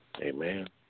Amen